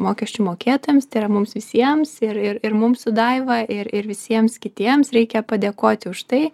mokesčių mokėtojams tai yra mums visiems ir ir ir mums su daiva ir ir visiems kitiems reikia padėkoti už tai